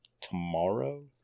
tomorrow